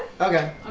Okay